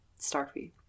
starfy